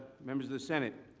members of the senate.